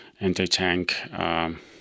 anti-tank